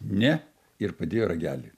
ne ir padėjo ragelį